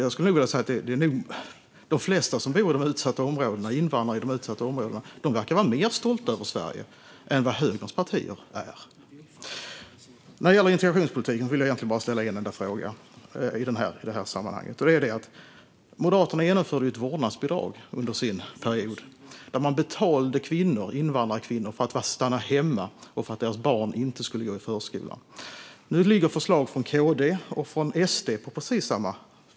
Jag skulle vilja säga att de flesta invandrare som bor i de utsatta områdena verkar vara mer stolta över Sverige än vad högerns partier är. När det gäller integrationspolitiken vill jag egentligen bara ställa en enda fråga i detta sammanhang. Moderaterna genomförde ett vårdnadsbidrag under sin regeringsperiod, där man betalade kvinnor - invandrarkvinnor - för att stanna hemma och för att deras barn inte skulle gå i förskolan. Nu finns det förslag från KD och från SD om precis detta.